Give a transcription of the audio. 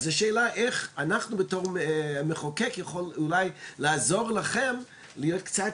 אז השאלה איך אנחנו בתור מחוקק אולי יכול לעזור לכם להיות קצת,